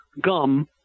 gum